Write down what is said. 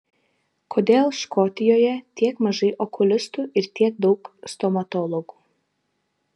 kodėl škotijoje tiek mažai okulistų ir tiek daug stomatologų